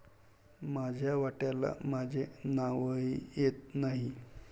माझ्या वाट्याला माझे नावही येत नाही